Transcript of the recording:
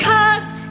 Cause